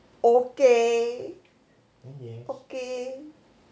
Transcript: okay okay